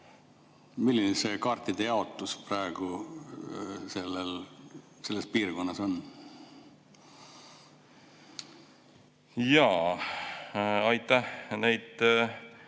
Milline see kaartide jaotus praegu selles piirkonnas on? Hea juhataja!